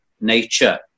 nature